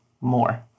More